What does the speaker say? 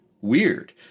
weird